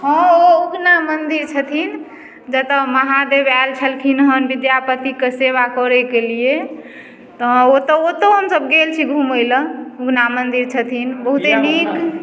हँ ओ उगना मन्दिर छथिन जेतऽ महादेव आयल छलखिन हन विद्यापतिके सेवा करयके लिये तऽ ओतो ओतहु हम सब गेल छी घुमय लए उगना मन्दिर छथिन बहुते नीक